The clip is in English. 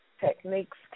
techniques